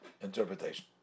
interpretation